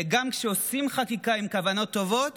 וגם כשעושים חקיקה עם כוונות טובות